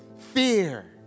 fear